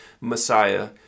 Messiah